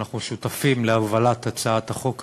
אנחנו שותפים להובלת הצעת החוק הזאת,